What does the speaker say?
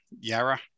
Yara